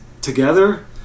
together